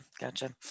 Gotcha